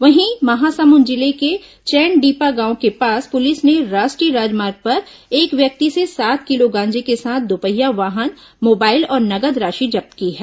वहीं महासमुंद जिले को चैनडीपा गांव के पास पुलिस ने राष्ट्रीय राजमार्ग पर एक व्यक्ति से सात किलो गांजे के साथ दुपहिया वाहन मोबाइल और नगद राशि जब्त की है